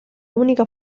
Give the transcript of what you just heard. única